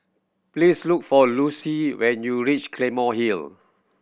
please look for Lossie when you reach Claymore Hill